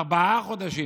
ארבעה חודשים.